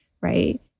right